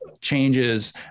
changes